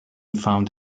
found